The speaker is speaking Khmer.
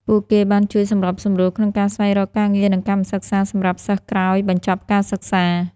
ពួកគេបានជួយសម្របសម្រួលក្នុងការស្វែងរកការងារ និងកម្មសិក្សាសម្រាប់សិស្សក្រោយបញ្ចប់ការសិក្សា។